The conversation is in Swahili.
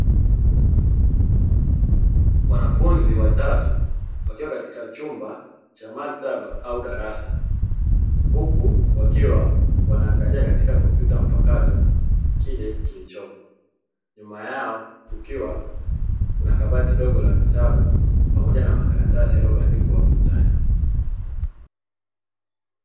Wanafunzi watatu wakiwa katika chumba cha maktaba au darasa huku wakiwa wanaangalia katika kompyuta mpakato kile kilichopo. Nyuma yao kukiwa kuna kabati dogo la vitabu pamoja na makaratasi yaliyobandikwa ukutani.